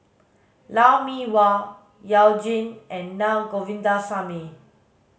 Lou Mee Wah You Jin and Naa Govindasamy